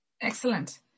Excellent